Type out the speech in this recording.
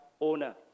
owner